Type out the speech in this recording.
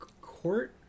court